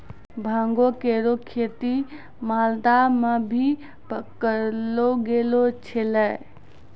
भांगो केरो खेती मालदा म भी पकड़लो गेलो छेलय